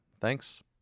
Thanks